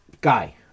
Guy